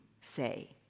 say